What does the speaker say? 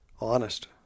honest